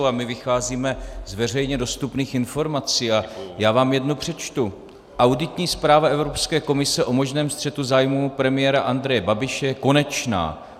My vycházíme z veřejně dostupných informací a já vám jednu přečtu: Auditní zpráva Evropské komise o možném střetu zájmů premiéra Andreje Babiše je konečná.